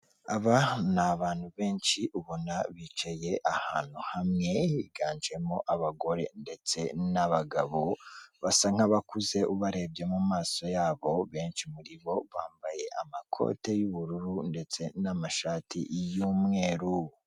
Aba ni abantu benshi ubona bicaye ahantu hamwe, biganjemo abagore ndetse n'abagabo, basa nk'abakuze ubarebye mu maso ya bo, benshi muri bo bambaye amakote y'ubururu ndetse n'amashati y'umweru.